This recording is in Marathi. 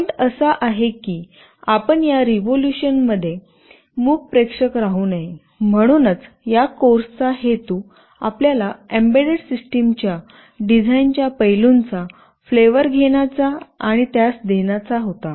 पॉईंट असा आहे की आपण या रिव्होल्यूशन मध्ये मूक प्रेक्षक राहू नये म्हणूनच या कोर्सचा हेतू आपल्याला एम्बेडेड सिस्टम च्या डिझाईन च्या पैलुंचा फ्लेवर घेण्याचा आणि त्यास देण्याचा होता